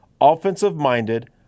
offensive-minded